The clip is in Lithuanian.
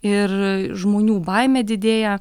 ir žmonių baimė didėja